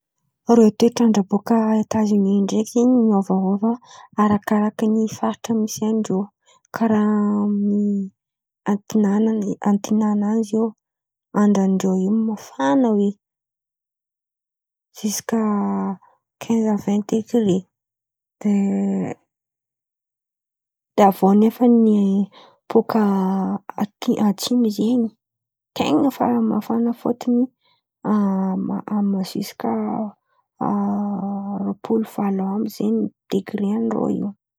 Reo toetr'andra bôkà etasini ndraiky zen̈y miôvaôva arakarakan'ny faritra misy an-drô. Karà antin̈àna antin̈àna an̈y izao andra amin-drô in̈y mafana hoe ziska kinze a-vain degre. Avy iô nefa ny bôkà atimo atsimo zen̈y ten̈a efa mafan̈a fôtony ziskà rôapolo valo amby zen̈y degre an-drô in̈y.